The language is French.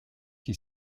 qui